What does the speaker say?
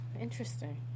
interesting